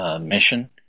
mission